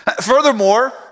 Furthermore